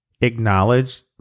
Acknowledge